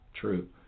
true